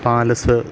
palace